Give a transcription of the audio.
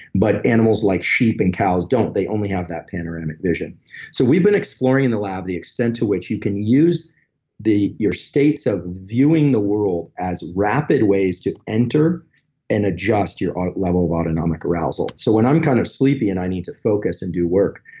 but animals like sheep and cows don't. they only have that panoramic vision so, we've been exploring the lab the extent to which you can use your states of viewing the world as rapid ways to enter and adjust your level of autonomic arousal. so, when i'm kind of sleepy and i need to focus and do work,